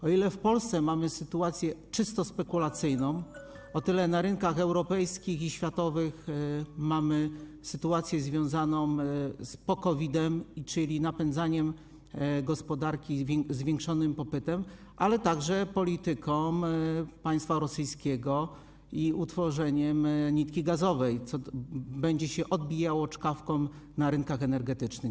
O ile w Polsce mamy sytuację czysto spekulacyjną, o tyle na rynkach europejskich i światowych mamy sytuację związaną z po-COVID-em, czyli napędzaniem gospodarki zwiększonym popytem, ale także polityką państwa rosyjskiego i utworzeniem nitki gazowej, co będzie odbijało się czkawką na rynkach energetycznych.